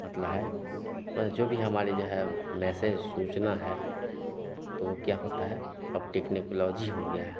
मतलब है मतलब जो भी हमारे जो है मैसेज सूचना है तो वह क्या होता है अब टेक्निकलॉजी हो गया है